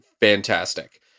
fantastic